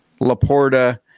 Laporta